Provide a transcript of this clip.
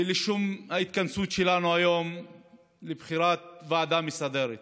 ולשם ההתכנסות שלנו היום לבחירת ועדה מסדרת: